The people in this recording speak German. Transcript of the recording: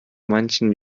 manchen